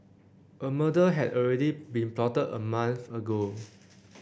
a murder had already been plotted a month ago